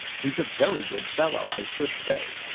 he's a very good fellow, i should say.